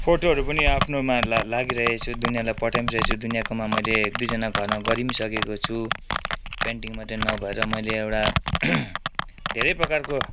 फोटोहरू पनि आफ्नोमा लागिरहेछु दुनियाँलाई पठा पनि सकेको छु दुनियाँकोमा मैले एक दुईजनाको घरमा गरी पनि सकेको छु पेन्टिङ मात्र नभएर मैले एउटा धेरै प्रकारको